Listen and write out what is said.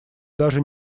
даже